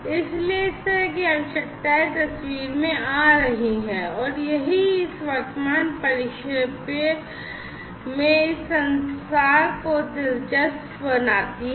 इसलिए इस तरह की आवश्यकताएं तस्वीर में आ रही हैं और यही इस वर्तमान परिप्रेक्ष्य में इस संचार को दिलचस्प बनाती हैं